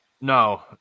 No